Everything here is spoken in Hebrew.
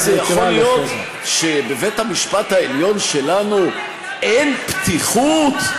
אולי זה יכול להיות שבבית-המשפט העליון שלנו אין פתיחות,